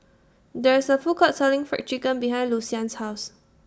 There IS A Food Court Selling Fried Chicken behind Lucien's House